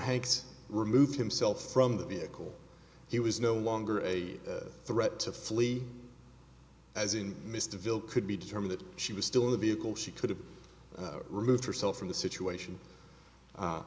hanks removed himself from the vehicle he was no longer a threat to flee as in mr ville could be determine that she was still in the vehicle she could have removed herself from the situation